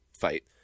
fight